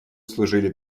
служили